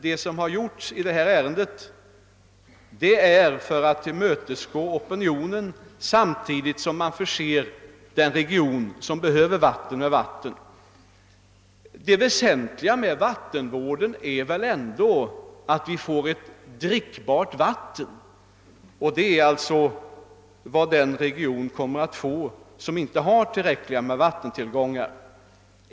Det som har gjorts i detta ärende har gjorts för att tillmötesgå opinionen samtidigt som man förser den region med vatten som behöver vatten. Det väsentliga med vattenvården är väl ändå att vi får ett drickbart vatten. Den region som inte har tillräckliga vattentitilgångar kommer nu alltså att få drickbart vatten.